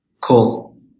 Cool